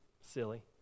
Silly